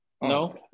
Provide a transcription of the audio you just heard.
No